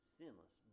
sinless